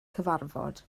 cyfarfod